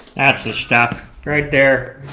that's the stuff. right there.